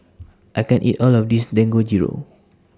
I can't eat All of This Dangojiru